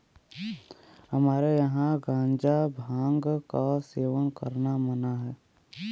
हमरे यहां गांजा भांग क सेवन करना मना हौ